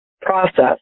process